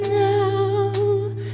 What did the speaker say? now